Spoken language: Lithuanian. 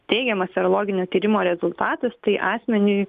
teigiamas serologinio tyrimo rezultatas tai asmeniui